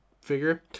figure